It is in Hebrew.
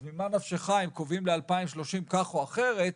אז ממה נפשך אם קובעים ל-2030 כך או אחרת,